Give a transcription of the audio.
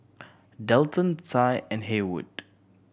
Delton Tye and Haywood